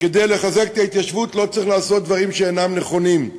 כדי לחזק את ההתיישבות לא צריך לעשות דברים שאינם נכונים.